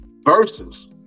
versus